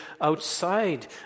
outside